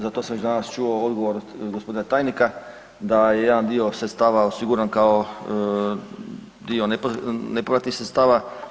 Za to sam već danas čuo odgovor od gospodina tajnika, da je jedan dio sredstava osiguran kao dio nepovratnih sredstava.